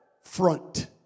front